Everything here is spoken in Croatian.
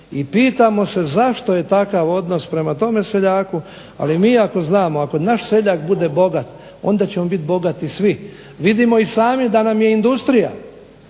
i pitamo se zašto je takav odnos prema tome seljaku, ali mi ako znamo. Ako naš seljak bude bogat onda ćemo biti bogati svi. Vidimo i sami da nam je industrija